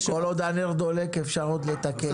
כל עוד הנר דולק אפשר עוד לתקן.